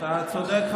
אתה צודק,